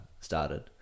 started